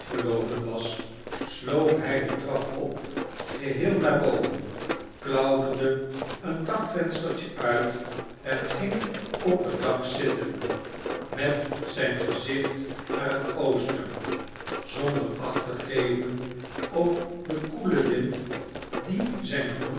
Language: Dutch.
verloopen was sloop hij de trap op geheel naar boven klauterde een dakvenstertje uit en ging op het dak zitten met zijn gezicht naar het oosten zonder acht te geven op den koelen wind die zijn gloeiend